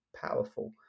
powerful